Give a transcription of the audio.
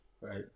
Right